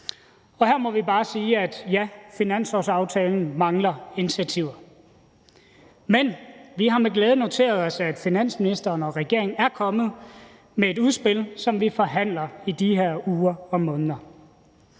og her må vi bare sige, at ja, finanslovsaftalen mangler initiativer. Men vi har med glæde noteret os, at finansministeren og regeringen er kommet med et udspil, som vi forhandler i de her uger og måneder,